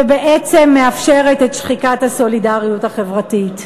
ובעצם מאפשרת את שחיקת הסולידריות החברתית?